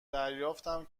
دریافتم